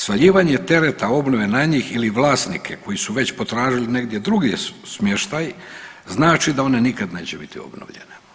Svaljivanje tereta obnove na njih ili vlasnike koji su već potražili negdje drugdje smještaj, znači da one nikad neće biti obnovljene.